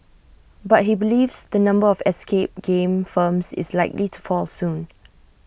but he believes the number of escape game firms is likely to fall soon